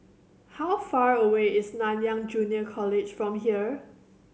how far away is Nanyang Junior College from here